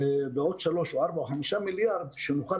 בעוד 3 או 4 ו- 5 מיליארדים כדי שנוכל